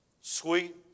sweet